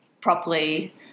properly